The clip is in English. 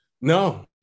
No